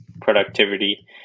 productivity